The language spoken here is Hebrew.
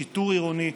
שיטור עירוני,